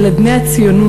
על אדני הציונות,